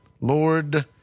Lord